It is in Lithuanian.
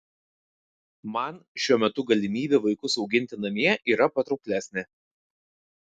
man šiuo metu galimybė vaikus auginti namie yra patrauklesnė